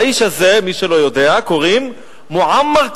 לאיש הזה, מי שלא יודע, קוראים מועמר קדאפי.